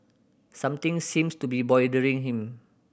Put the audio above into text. something seems to be bothering him